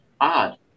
odd